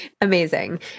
Amazing